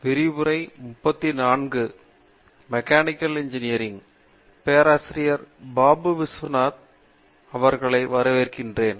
பேராசிரியர் பிரதாப் ஹரிதாஸ் பேராசிரியர் பாபு விஸ்வநாத் அவர்களை வரவேற்கிறேன்